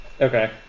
Okay